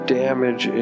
damage